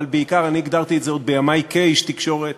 אבל בעיקר, הגדרתי את זה עוד בימי כאיש תקשורת,